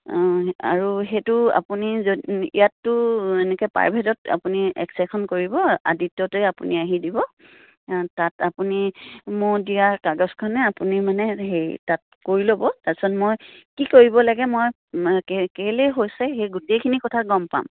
অঁ আৰু সেইটো আপুনি য ইয়াততো এনেকৈ প্ৰাইভেটত আপুনি এক্সৰেখন কৰিব আদিত্যতে আপুনি আহি দিব তাত আপুনি মই দিয়াৰ কাগজখনে আপুনি মানে হেৰি তাত কৰি ল'ব তাৰপিছত মই কি কৰিব লাগে মই কে কেলেই হৈছে সেই গোটেইখিনি কথা গম পাম